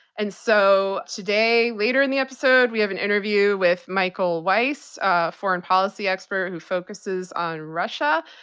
and so today later in the episode we have an interview with michael weiss, a foreign policy expert who focuses on russia,